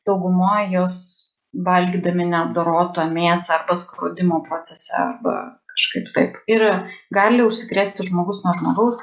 daugumoj jos valgydami neapdorotą mėsą arba skrodimo procese arba kažkaip taip ir gali užsikrėsti žmogus nuo žmogaus